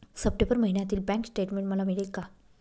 September महिन्यातील bank statement मला मिळेल का?